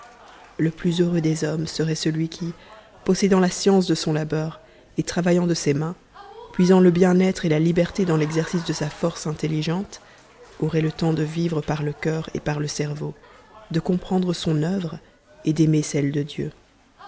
le plus heureux des hommes serait celui qui possédant la science de son labeur et travaillant de ses mains puisant le bien-être et la liberté dans l'exercice de sa force intelligente aurait le temps de vivre par le cur et par le cerveau de comprendre son uvre et d'aimer celle de dieu